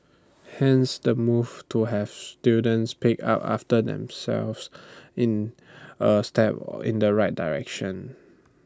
hence the move to have students pick up after themselves in A step in the right direction